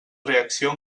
reacció